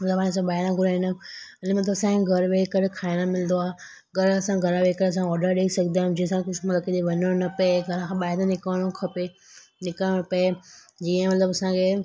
मतिलबु हाणे सभु ॿाहिरा घुराईंदा आयूं मतिलबु हाणे घर वेही करे खाइणो मिलंदो आहे घर असां घर वेही करे ऑडर ॾेई सघंदा आहियूं जंहिंसां कुझु मतिलबु किते वञिणो न पए अगरि ॿाहिरि त निकिरणो खपे निकिरणु पए जीअं मतिलबु असांखे